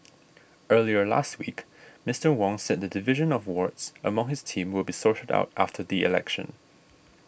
earlier last week Mister Wong said the division of wards among his team will be sorted out after the election